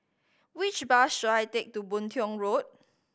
which bus should I take to Boon Tiong Road